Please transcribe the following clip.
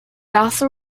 also